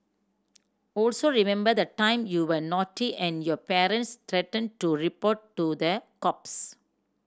also remember the time you were naughty and your parents threatened to report to the cops